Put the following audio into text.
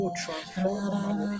transform